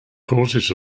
causes